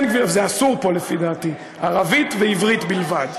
זה אסור פה, לפי דעתי, ערבית ועברית בלבד.